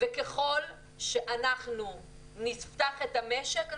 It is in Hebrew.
וככל שאנחנו נפתח את המשק,